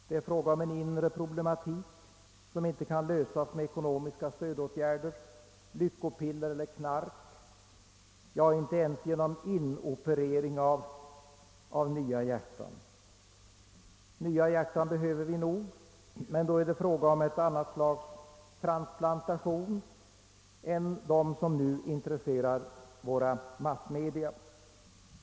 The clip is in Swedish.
Det är fråga om en inre problematik som inte kan lösas med ekonomiska stödåtgärder, lyckopiller eller knark, ja inte ens med inoperering av nya hjärtan. Nya hjärtan behöver vi nog, men då avser jag ett annat slag av transplantationer än de som nu intresserar våra massmedia.